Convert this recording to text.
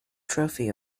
trophy